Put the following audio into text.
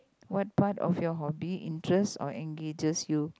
what part of your hobby interest or engages you